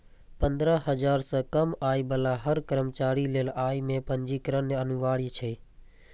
पंद्रह हजार सं कम आय बला हर कर्मचारी लेल अय मे पंजीकरण अनिवार्य छै